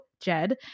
jed